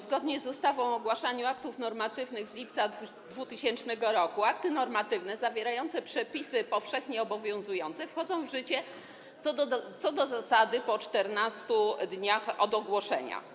Zgodnie z ustawą o ogłaszaniu aktów normatywnych z lipca 2000 r. akty normatywne zawierające przepisy powszechnie obowiązujące wchodzą w życie co do zasady po 14 dniach od dnia ogłoszenia.